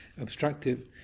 obstructive